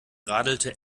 radelte